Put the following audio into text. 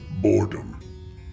Boredom